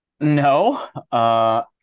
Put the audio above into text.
No